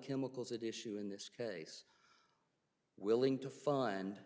chemicals that issue in this case willing to fund